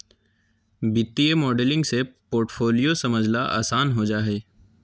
वित्तीय मॉडलिंग से पोर्टफोलियो समझला आसान हो जा हय